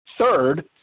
Third